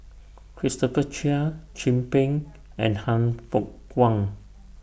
Christopher Chia Chin Peng and Han Fook Kwang